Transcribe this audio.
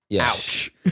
Ouch